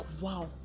Wow